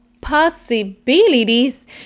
possibilities